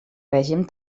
règim